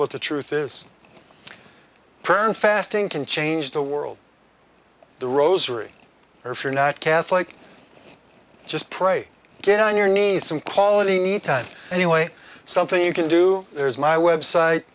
what the truth is turned fasting can change the world the rosary or if you're not catholic just pray get on your knees some quality time anyway something you can do there is my website